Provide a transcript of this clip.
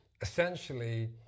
essentially